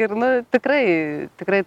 ir nu tikrai tikrai